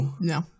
No